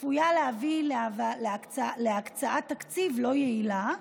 צפויה להביא להקצאת תקציב לא יעילה.